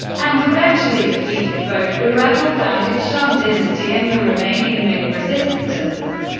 and eventually defeated both the rebel-founded shun dynasty and the remaining ming resistance,